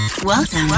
Welcome